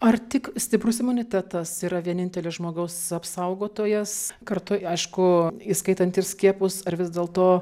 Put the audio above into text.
ar tik stiprus imunitetas yra vienintelė žmogaus apsaugotojas kartu aišku įskaitant ir skiepus ar vis dėlto